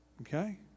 Okay